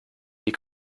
wie